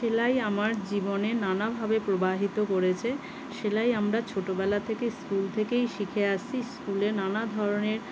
সেলাই আমার জীবনে নানাভাবে প্রবাহিত করেছে সেলাই আমরা ছোটবেলা থেকে স্কুল থেকেই শিখে আসছি ইস্কুলে নানা ধরনের